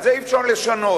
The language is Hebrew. את זה אי-אפשר לשנות.